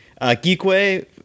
Geekway